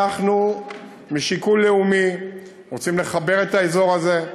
אנחנו משיקול לאומי רוצים לחבר את האזור הזה,